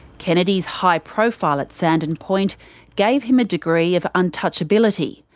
kennedy's high profile at sandon point gave him a degree of untouchability,